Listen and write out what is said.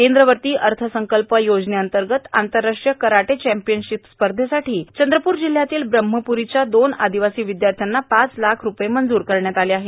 केंद्रवर्ती अर्थसंकल्प योजनेअंतर्गत आंतरराष्ट्रीय कराटे चॅम्पीयनशिप स्पर्धेसाठी चंद्रपूर जिल्हयातील ब्रम्हप्रीच दोन आदिवासी विद्यार्थ्याना पाच लाख रूपये मंजूर करण्यात आले आहे